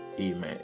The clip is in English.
Amen